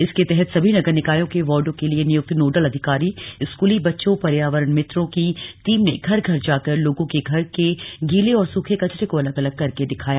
इसके तहत सभी नगर निकायों के वार्डो के लिए नियुक्त नोडल अधिकारी स्कूली बच्चों पर्यावरण मित्रों की टीम ने घर घर जाकर लोगों के घर के गीले और सूखे कचरे को अलग अलग करके दिखाया